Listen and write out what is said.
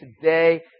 today